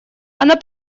она